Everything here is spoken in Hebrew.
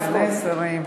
רבותי השרים,